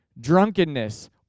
drunkenness